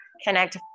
Connect